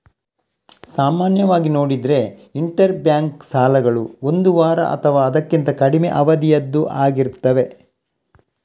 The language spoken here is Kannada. ಸಾಮಾನ್ಯವಾಗಿ ನೋಡಿದ್ರೆ ಇಂಟರ್ ಬ್ಯಾಂಕ್ ಸಾಲಗಳು ಒಂದು ವಾರ ಅಥವಾ ಅದಕ್ಕಿಂತ ಕಡಿಮೆ ಅವಧಿಯದ್ದು ಆಗಿರ್ತವೆ